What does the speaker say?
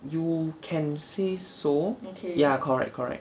you can say so ya correct correct